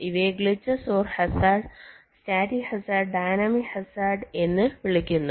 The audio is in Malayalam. ഇവയെ glitches or hazards static hazard dynamic hazard Glitches or hazards static hazard dynamic hazard എന്ന് വിളിക്കുന്നു